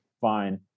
fine